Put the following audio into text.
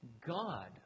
God